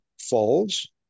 falls